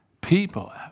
people